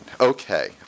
Okay